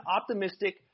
optimistic